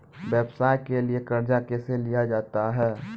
व्यवसाय के लिए कर्जा कैसे लिया जाता हैं?